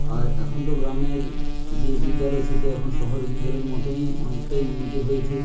আর এখন তো গ্রামের যে বিদ্যালয় সে তো এখন শহরের বিদ্যালয়ের মতনই অনেকটাই উন্নতি হয়েছে